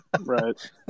right